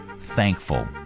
thankful